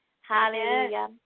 Hallelujah